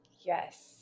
Yes